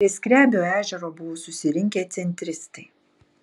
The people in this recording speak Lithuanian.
prie skrebio ežero buvo susirinkę centristai